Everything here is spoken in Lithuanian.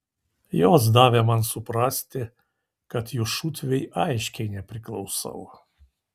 jos davė man suprasti kad jų šutvei aiškiai nepriklausau